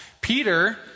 Peter